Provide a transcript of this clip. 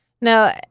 No